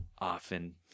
often